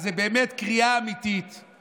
אז זו באמת קריאה אמיתית,